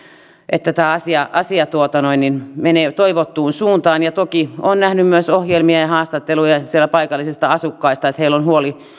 että tämä asia menee toivottuun suuntaan toki olen nähnyt myös ohjelmia ja haastatteluja paikallisista asukkaista että heillä on huoli